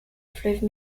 fleuve